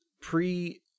pre